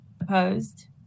Opposed